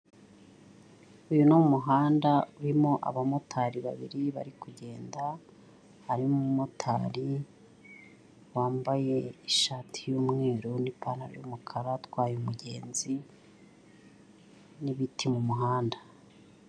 Uyu ni umuhanda urimo abamotari babiri bari kugenda, harimo umumotari wambaye ishati y'umweru n'ipantaro y'umukara atwaye umugenzi n'ibiti mu muhanda.